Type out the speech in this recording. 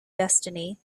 destiny